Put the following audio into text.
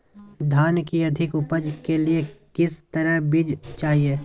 धान की अधिक उपज के लिए किस तरह बीज चाहिए?